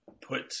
put